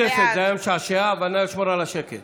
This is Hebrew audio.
היה משעשע, אבל נא לשמור על השקט.